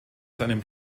seinem